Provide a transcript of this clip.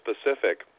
specific